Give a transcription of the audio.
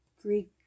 Greek